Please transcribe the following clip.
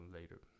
later